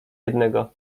jednego